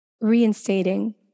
reinstating